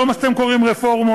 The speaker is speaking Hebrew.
כל מה שאתם קוראים לו רפורמות,